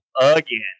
again